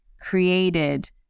created